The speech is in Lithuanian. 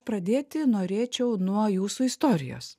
pradėti norėčiau nuo jūsų istorijos